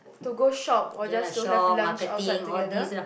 to go shop or just to have lunch outside together